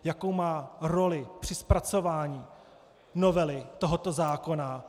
Jakou má roli při zpracování novely tohoto zákona.